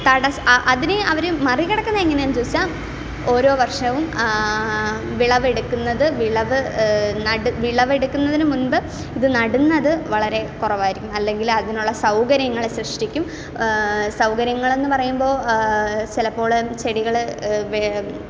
തടസ്സ അതിനെ അവർ മറികടക്കുന്ന എങ്ങനെ എന്നു ചോദിച്ചാൽ ഓരോ വർഷവും വിളവെടുക്കുന്നത് വിളവ് നട് വിളവെടുക്കുന്നതിനു മുൻപ് ഇത് നടുന്നത് വളരെ കുറവായിരിക്കും അല്ലെങ്കിൽ അതിനുള്ള സൗകര്യങ്ങൾ സൃഷ്ടിക്കും സൗകര്യങ്ങൾ എന്ന് പറയുമ്പോൾ ചിലപ്പോഴ് ചെടികൾ